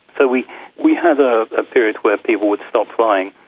so we we had a ah period where people would stop flying.